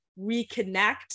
reconnect